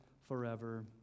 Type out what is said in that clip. forever